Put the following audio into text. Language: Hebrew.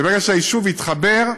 וברגע שהיישוב יתחבר,